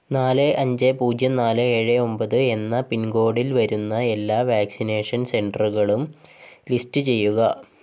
നാല് അഞ്ച് പൂജ്യം നാല് ഏഴ് ഒമ്പത് എന്ന പിൻകോഡിൽ വരുന്ന എല്ലാ വാക്സിനേഷൻ സെന്ററുകളും ലിസ്റ്റ് ചെയ്യുക